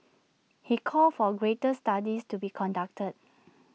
he called for greater studies to be conducted